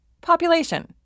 Population